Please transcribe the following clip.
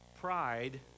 pride